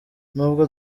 nubwo